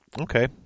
Okay